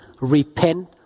repent